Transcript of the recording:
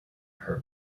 her